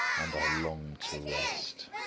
and i long to rest.